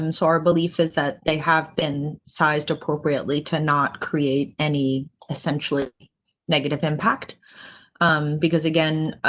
um so our belief is that they have been sized appropriately to not create any essentially negative impact because again.